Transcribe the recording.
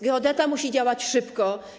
Geodeta musi działać szybko.